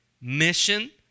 Mission